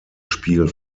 spiel